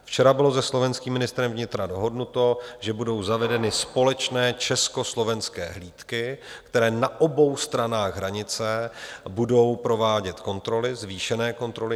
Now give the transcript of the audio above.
Včera bylo se slovenským ministrem vnitra dohodnuto, že budou zavedeny společné československé hlídky, které na obou stranách hranice budou provádět kontroly, zvýšené kontroly.